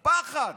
פחד.